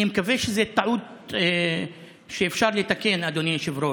אני מקווה שזו טעות שאפשר לתקן, אדוני היושב-ראש,